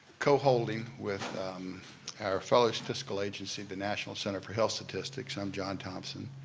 co-holding with our fellow fiscal agency, the national center for health statistics. i'm john thompson,